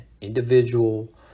individual